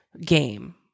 game